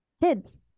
Kids